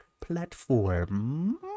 platform